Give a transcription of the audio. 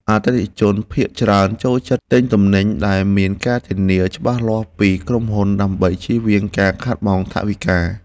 អតិថិជនភាគច្រើនចូលចិត្តទិញទំនិញដែលមានការធានាច្បាស់លាស់ពីក្រុមហ៊ុន ដើម្បីជៀសវាងការខាតបង់ថវិកា។